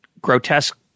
grotesque